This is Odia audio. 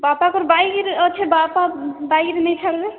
ବାପାଙ୍କର ବାଇକ୍ରେ ଅଛେ ବାପା ବାଇକ୍ରେ ନେଇ ଛାଡ଼ିବେ